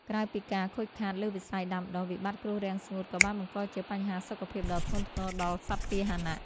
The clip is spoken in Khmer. ក្រៅពីការខូចខាតលើវិស័យដាំដុះ វិបត្តិគ្រោះរាំងស្ងួតក៏បានបង្កជាបញ្ហាសុខភាពដ៏ធ្ងន់ធ្ងរដល់សត្វពាហនៈ។